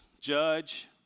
Judge